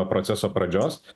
proceso pradžios